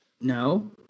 No